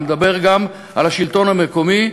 אני מדבר גם על השלטון המקומי,